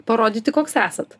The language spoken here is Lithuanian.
parodyti koks esat